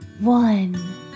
One